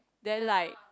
then like